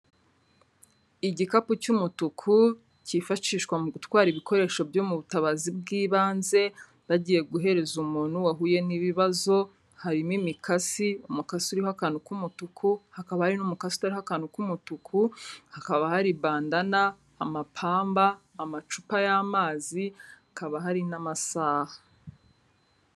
Igikapu cy'umutuku cyifashishwa mu gutwara ibikoresho byo mu butabazi bw'ibanze, bagiye guhereza umuntu wahuye n'ibibazo, harimo imikasi, umukasi uriho akantu k'umutuku, hakaba hari n'umukasi utariho akantu k'umutuku, hakaba hari bandana, amapamba, amacupa y'amazi, hakaba hari n'amasaha.